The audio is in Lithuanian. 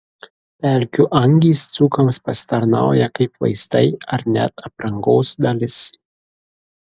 pelkių angys dzūkams pasitarnauja kaip vaistai ar net aprangos dalis